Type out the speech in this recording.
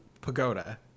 pagoda